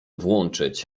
włączyć